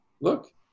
look